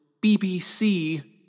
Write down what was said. BBC